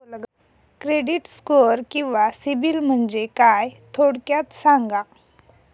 Credit score किंवा सिबिल म्हणजे काय? थोडक्यात सांगा